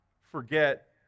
forget